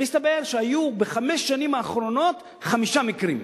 מסתבר שהיו בחמש השנים האחרונות חמישה מקרים.